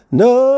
no